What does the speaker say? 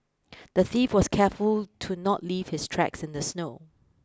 the thief was careful to not leave his tracks in the snow